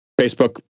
Facebook